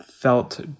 felt